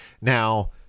now